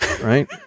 right